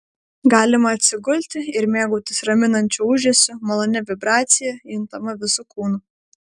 galima atsigulti ir mėgautis raminančiu ūžesiu malonia vibracija juntama visu kūnu